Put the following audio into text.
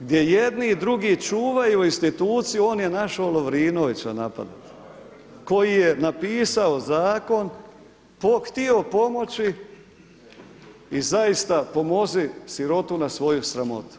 gdje jedni i drugi čuvaju instituciju, on je našao Lovrinovića napadati koji je napisao zakon, htio pomoći i zaista „pomozi sirotu na svoju sramotu“